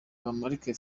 rwemarika